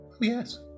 Yes